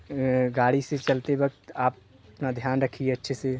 गाड़ी से चलते वक्त आप अपना ध्यान रखिए अच्छे से